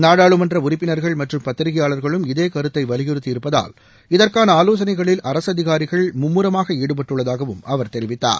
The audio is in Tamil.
நாடாளுமன்ற உறுப்பினர்கள் மற்றும் பத்திரிகையாளர்களும் இதே கருத்தை வலியுறுத்தியிருப்பதால் இதற்கான ஆலோசனைகளில் அரசு அதிகாரிகள் மும்முரமாக ஈடுபட்டுள்ளதாகவும் அவர் தெரிவித்தார்